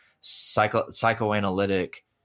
psychoanalytic